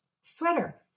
sweater